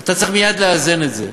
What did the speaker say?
אתה צריך מייד לאזן את זה.